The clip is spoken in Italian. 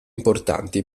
importanti